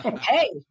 Hey